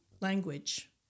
language